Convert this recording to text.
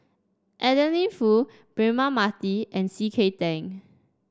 Adeline Foo Braema Mathi and C K Tang